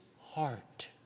heart